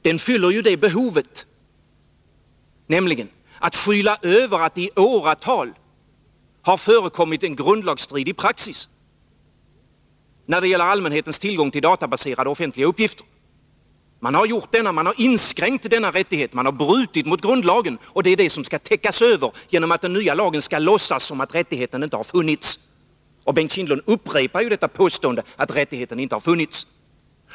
Den fyller nämligen det behovet att skyla över att det i åratal har förekommit en grundlagsstridig praxis när det gäller allmänhetens tillgång till databaserade offentliga uppgifter. Man har inskränkt den rättigheten och brutit mot grundlagen. Det skall täckas över genom att den nya lagen skall låtsas som om den rättigheten aldrig har funnits. Bengt Kindbom upprepar detta påstående att rättigheten aldrig har funnits.